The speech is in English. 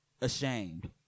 ashamed